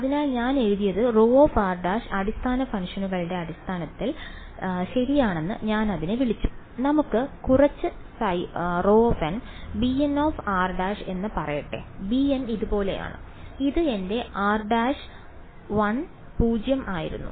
അതിനാൽ ഞാൻ എഴുതിയത് ρr′ അടിസ്ഥാന ഫംഗ്ഷനുകളുടെ അടിസ്ഥാനത്തിൽ ഞാൻ എഴുതിയത് ശരിയാണെന്ന് ഞാൻ അതിനെ വിളിച്ചു നമുക്ക് കുറച്ച് ρn bnr′ എന്ന് പറയട്ടെ bn ഇതുപോലെയാണ് ഇത് എന്റെ r′1 0 ആയിരുന്നു